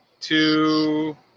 two